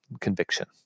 conviction